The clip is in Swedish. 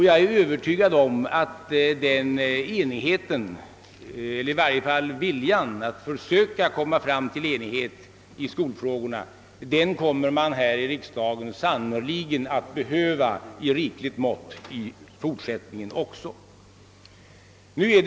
Jag är övertygad om att vi sannerligen också i fortsättningen här i riksdagen kommer att behöva en sådan enighet eller i varje fall en vilja att försöka komma fram till enighet i skolfrågorna.